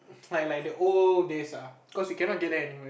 like like the old days ah cause we cannot get that anymore